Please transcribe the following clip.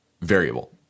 variable